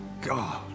God